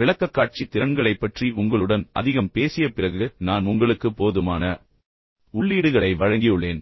விளக்கக்காட்சி திறன்களைப் பற்றி உங்களுடன் அதிகம் பேசிய பிறகு நான் உங்களுக்கு போதுமான உள்ளீடுகளை வழங்கியுள்ளேன்